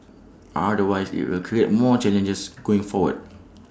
otherwise IT will create more challenges going forward